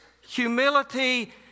humility